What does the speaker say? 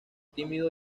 tímido